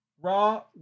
Raw